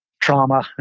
trauma